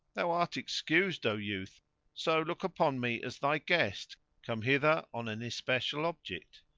thou art excused, o youth so look upon me as thy guest come hither on an especial object.